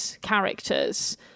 characters